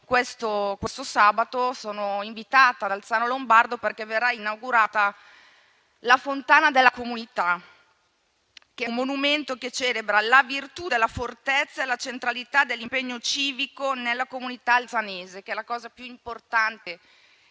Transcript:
prossimo sabato sono invitata ad Alzano Lombardo perché verrà inaugurata la fontana della comunità, un monumento che celebra la virtù della fortezza e la centralità dell'impegno civico nella comunità alzanese, che è la cosa più importante